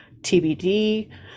TBD